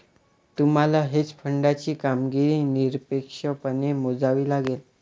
तुम्हाला हेज फंडाची कामगिरी निरपेक्षपणे मोजावी लागेल